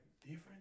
different